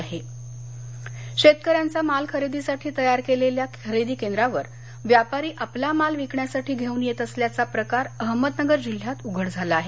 अहमदनगर शेतकऱ्यांचा माल खरेदीसाठी तयार केलेल्या खरेदी केंद्रावर व्यापारी आपला माल विकण्यासाठी घेवून येत असल्याचा प्रकार अहमदनगर जिल्ह्यात उघड झाला आहे